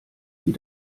die